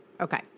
Okay